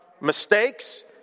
mistakes